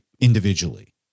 individually